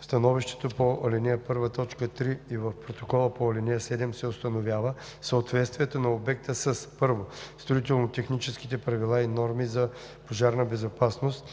В становището по ал. 1, т. 3 и в протокола по ал. 7 се установява съответствието на обекта със: 1. строително-техническите правила и норми за пожарна безопасност,